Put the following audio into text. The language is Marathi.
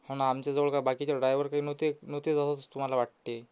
हो ना आमच्याजवळ का बाकीचे ड्रायव्हर काही नव्हते नव्हते असं तुम्हाला वाटते